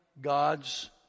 God's